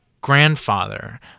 grandfather